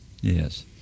Yes